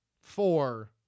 four